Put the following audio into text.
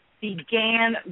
began